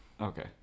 Okay